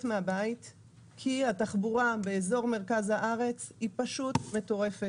מהבית כי התחבורה באזור מרכז הארץ היא פשוט מטורפת.